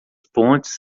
pontes